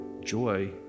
joy